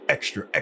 Extra